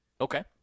Okay